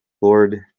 Lord